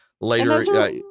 later